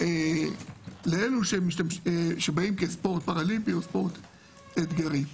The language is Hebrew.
לאלה שבאים לצורך ספורט פראלימפי או ספורט אתגרי.